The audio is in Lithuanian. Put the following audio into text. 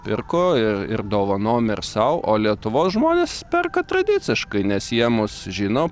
pirko ir ir dovanom ir sau o lietuvos žmonės perka tradiciškai nes jie mus žino